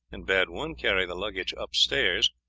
and bade one carry the luggage upstairs,